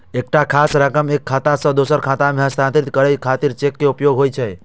एकटा खास रकम एक खाता सं दोसर खाता मे हस्तांतरित करै खातिर चेक के उपयोग होइ छै